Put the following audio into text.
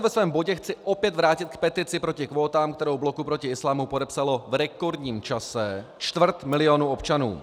Ve svém bodě se chci opět vrátit k petici proti kvótám, kterou Bloku proti islámu podepsalo v rekordním čase čtvrt milionu občanů.